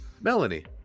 Melanie